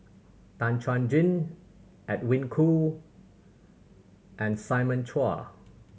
Tan Chuan Jin Edwin Koo and Simon Chua